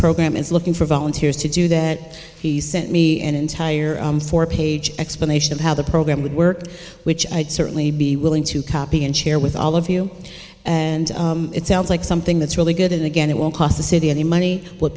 program is looking for volunteers to do that he sent me an entire four page explanation of how the program would work which i'd certainly be willing to copy and share with all of you and it sounds like something that's really good and again it won't cost the city any money